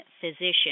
physician